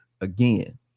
again